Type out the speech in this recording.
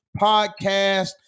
podcast